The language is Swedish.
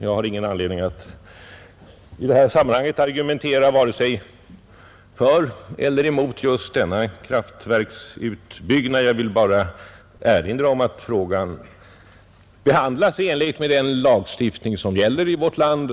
Jag har ingen anledning att i det här sammanhanget argumentera vare sig för eller emot just den kraftverksutbyggnaden. Jag vill bara erinra om att frågan behandlats i enlighet med den lagstiftning som gäller i vårt land.